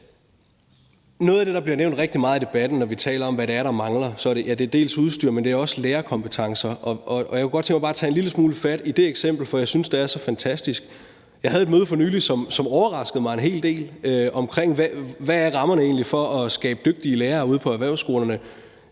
Noget af det, der bliver nævnt rigtig meget i debatten, når vi taler om, hvad det er, der mangler, er bl.a. udstyr, men det er også lærerkompetencer. Og jeg kunne godt tænke mig bare at tage en lille smule fat i det eksempel, for jeg synes, det er så fantastisk. Jeg havde et møde for nylig, som overraskede mig en hel del, om, hvad rammerne egentlig er for at skabe dygtige lærere ude på erhvervsskolerne.